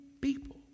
people